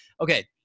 Okay